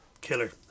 killer